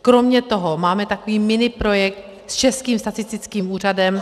Kromě toho máme takový miniprojekt s Českým statistickým úřadem.